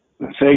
Thank